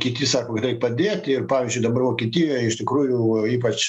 kiti sako reik padėti ir pavyzdžiui dabar vokietijoj iš tikrųjų ypač